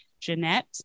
Jeanette